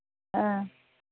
हाँ